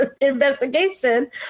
investigation